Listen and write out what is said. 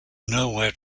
nowhere